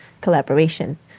collaboration